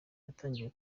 natangiye